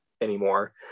anymore